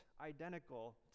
identical